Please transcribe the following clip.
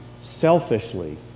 selfishly